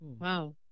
Wow